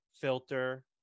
filter